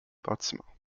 bâtiments